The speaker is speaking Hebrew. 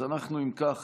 אז אם כך,